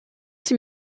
sie